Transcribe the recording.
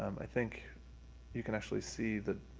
um i think you can actually see the